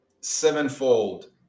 sevenfold